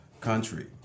country